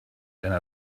einer